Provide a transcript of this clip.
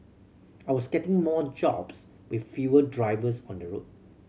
I was getting more jobs with fewer drivers on the road